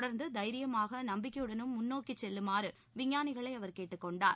தொடர்ந்து தைரியமாக நம்பிக்கையுடன் முன்னோக்கிச் செல்லுமாறு விஞ்ஞானிகளை அவர் கேட்டுக் கொண்டார்